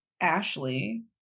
Ashley